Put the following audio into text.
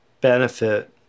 benefit